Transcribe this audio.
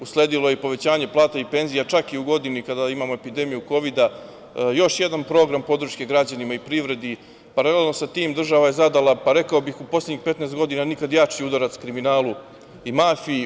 Usledilo je i povećanje plata i penzija, čak i u godini kada imamo epidemiju Kovida, i još jedan program podrške građanima i privredi, paralelno sa tim država je zadala, pa rekao bih u poslednjih 15 godina, nikad jači udarac kriminalu i mafiji.